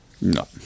No